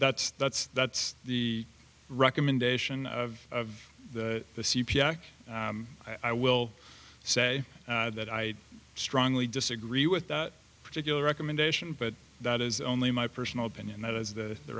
that's that's that's the recommendation of the c p a i will say that i strongly disagree with that particular recommendation but that is only my personal opinion that is the